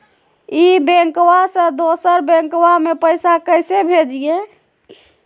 ई बैंकबा से दोसर बैंकबा में पैसा कैसे भेजिए?